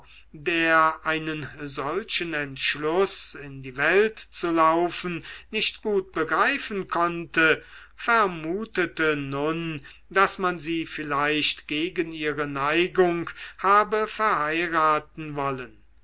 der einen solchen entschluß in die welt zu laufen nicht gut begreifen konnte vermutete nun daß man sie vielleicht gegen ihre neigung habe verheiraten wollen